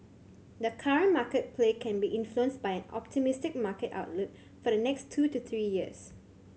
the current market play can be influenced by an optimistic market outlook for the next two to three years